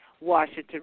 Washington